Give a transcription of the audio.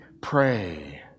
pray